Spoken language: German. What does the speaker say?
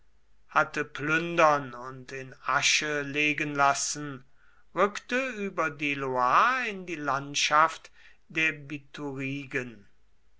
hatte plündern und in asche legen lassen rückte über die loire in die landschaft der